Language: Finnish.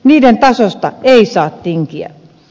niiden tasosta ei saa tinkiä